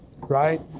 right